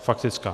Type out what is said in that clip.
Faktická.